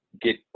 get